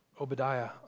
Obadiah